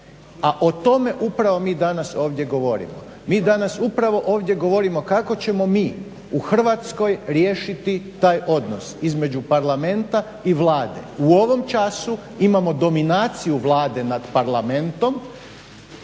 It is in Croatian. A o tome upravo mi danas govorimo. Mi danas upravo ovdje govorimo kako ćemo mi u Hrvatskoj riješiti taj odnos između Parlamenta i Vlade. U ovom času imamo dominaciju Vlade nad Parlamentom